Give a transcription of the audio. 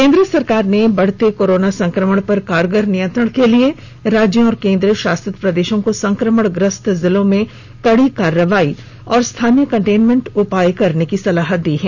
केंद्र सरकार ने बढ़ते कोरोना संक्रमण पर कारगर नियंत्रण के लिए राज्यों और केंद्र शासित प्रदेशों को संक्रमण ग्रस्त जिलों में कड़ी कार्रवाई और स्थानीय कंटेनमेंट उपाय करने की सलाह दी है